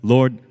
Lord